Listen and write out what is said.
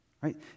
right